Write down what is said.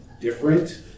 different